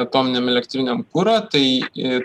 atominėm elektrinėm kurą tai ir